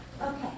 Okay